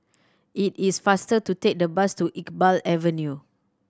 it is faster to take the bus to Iqbal Avenue